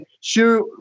sure